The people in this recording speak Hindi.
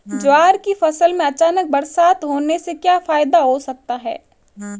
ज्वार की फसल में अचानक बरसात होने से क्या फायदा हो सकता है?